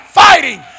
fighting